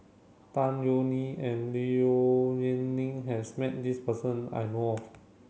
Tan Yeok Nee and Low Yen Ling has met this person I know of